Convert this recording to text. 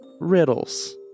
Riddles